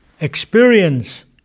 experience